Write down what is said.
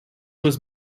was